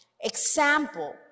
example